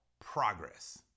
progress